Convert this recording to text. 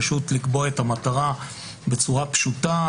פשוט לקבוע את המטרה בצורה פשוטה,